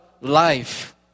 life